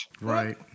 Right